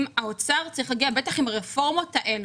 האוצר צריך להגיע עם הרפורמות האלה,